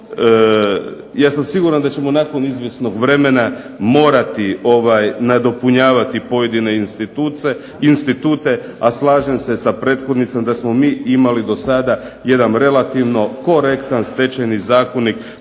Ja sam siguran da ćemo nakon izvjesnog vremena morati nadopunjavati pojedine institute, a slažem se sa prethodnicom da smo mi imali do sada jedan relativno korektan Stečajni zakonik,